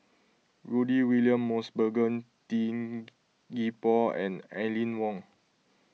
Rudy William Mosbergen Tin Gee Paw and Aline Wong